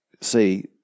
see